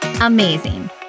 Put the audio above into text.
amazing